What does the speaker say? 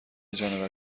جانور